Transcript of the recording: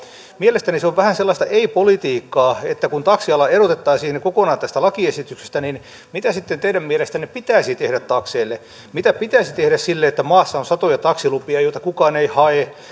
mielestäni se on vähän sellaista ei politiikkaa että kun taksi ala erotettaisiin kokonaan tästä lakiesityksestä niin mitä sitten teidän mielestänne pitäisi tehdä takseille mitä pitäisi tehdä sille että maassa on satoja taksilupia joita kukaan ei hae